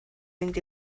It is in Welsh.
mynd